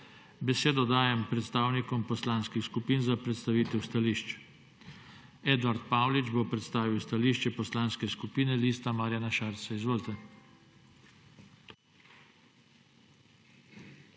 Besedo dajem predstavnikom poslanskih skupin za predstavitev stališč. Edvard Paulič bo predstavil stališče Poslanske skupine LMŠ. Izvolite.